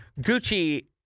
Gucci